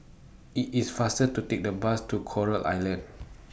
IT IS faster to Take The Bus to Coral Island